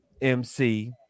MC